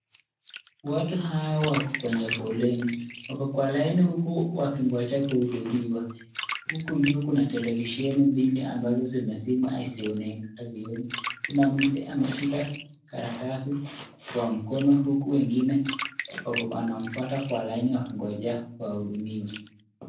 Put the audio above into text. Watu hawa wako kwenye foleni. Wako kwa laini huku wakingoja kuhudumiwa. Huku juu kuna televisheni mbili ambazo zimezimwa haziongei. Kuna mzee ameshika karatasi kwa mkono huku wengine wako wanamfuata kwa laini wakiongojea wahudumiwe.